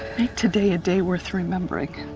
make today a day worth remembering.